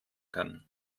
kann